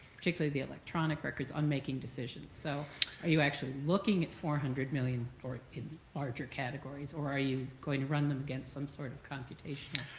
particular the electronic records on making decisions? so are you actually looking at four hundred million or in larger categories, or are you going to run them against some sort of computation?